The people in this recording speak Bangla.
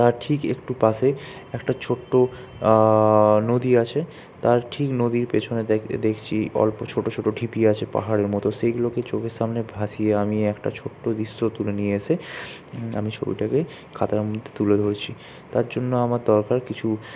তার ঠিক একটু পাশে একটা ছোট্ট নদী আছে তার ঠিক নদীর পেছনে দেখছি অল্প ছোটো ছোটো ঢিপি আছে পাহাড়ের মত সেইগুলোকে চোখের সামনে ভাসিয়ে আমি একটা ছোট্ট দৃশ্য তুলে নিয়ে এসে আমি ছবিটাকে খাতার মধ্যে তুলে ধরেছি তার জন্য আমার দরকার কিছু